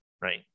right